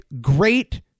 great